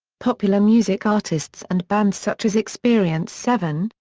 popular music artists and bands such as experience seven,